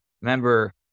remember